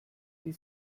die